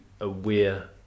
aware